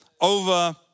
over